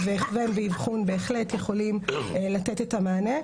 בהחלט יכולים לתת את המענה.